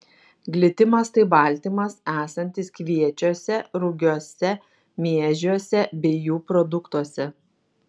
glitimas tai baltymas esantis kviečiuose rugiuose miežiuose bei jų produktuose